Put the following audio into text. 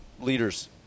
leaders